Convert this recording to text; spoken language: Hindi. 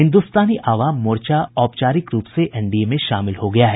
हिन्दुस्तानी आवाम मोर्चा औपचारिक रूप से एनडीए में शामिल हो गया है